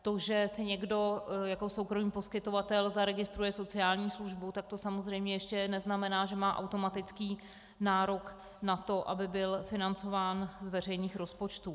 To, že si někdo jako soukromý poskytovatel zaregistruje sociální službu, samozřejmě ještě neznamená, že má automatický nárok na to, aby byl financován z veřejných rozpočtů.